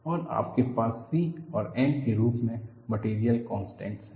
और आपके पास C और m के रूप में मटेरियल कॉनस्टेंट हैं